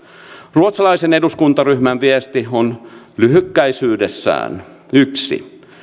ruotsalaisen eduskuntaryhmän viesti on lyhykäisyydessään yksi